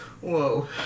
whoa